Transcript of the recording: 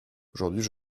aujourd’hui